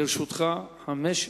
לרשותך חמש דקות.